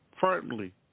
firmly